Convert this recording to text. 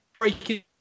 breaking